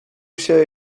się